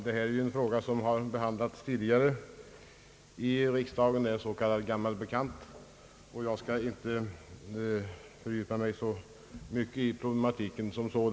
Herr talman! Denna fråga har behandlats tidigare här i riksdagen, det är en s.k. gammal bekant. Jag skall inte fördjupa mig så mycket i problematiken.